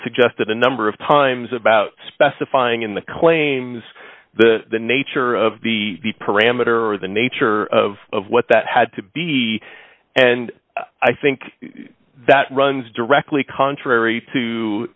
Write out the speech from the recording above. suggested a number of times about specifying in the claims the nature of the parameter or the nature of what that had to be and i think that runs directly contrary to